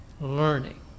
learning